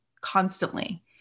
constantly